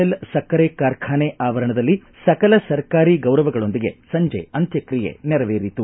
L ಸಕ್ಕರೆ ಕಾರ್ಖಾನೆ ಆವರಣದಲ್ಲಿ ಸಕಲ ಸರ್ಕಾರಿ ಗೌರವಗಳೊಂದಿಗೆ ಸಂಜೆ ಅಂತ್ಯಕ್ರಿಯೆ ನೆರವೇರಿತು